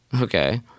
Okay